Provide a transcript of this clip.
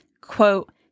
Quote